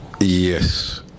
Yes